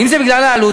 אם זה בגלל העלות,